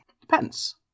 depends